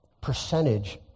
percentage